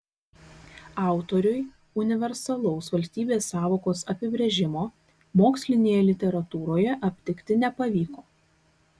autoriui universalaus valstybės sąvokos apibrėžimo mokslinėje literatūroje aptikti nepavyko